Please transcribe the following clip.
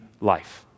life